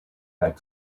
that